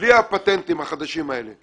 בלי הפטנטים החדשים האלה.